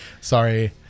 Sorry